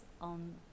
on